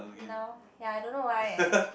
now ya I don't know why eh